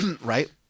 Right